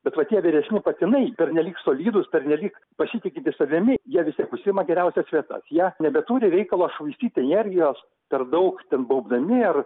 bet va tie vyresni patinai pernelyg solidūs pernelyg pasitikintys savimi jie vis tiek užsiima geriausias vietas jie nebeturi reikalo švaistyt energijos per daug ten baubdami ar